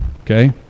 okay